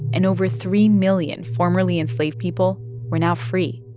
and over three million formerly enslaved people were now free,